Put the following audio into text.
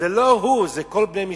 זה לא רק הוא, זה כל בני משפחתו.